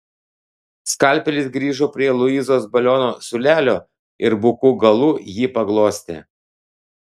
skalpelis grįžo prie luizos baliono siūlelio ir buku galu jį paglostė